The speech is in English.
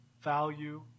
value